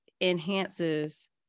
enhances